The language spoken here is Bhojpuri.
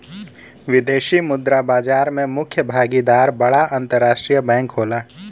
विदेशी मुद्रा बाजार में मुख्य भागीदार बड़ा अंतरराष्ट्रीय बैंक होला